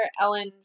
Ellen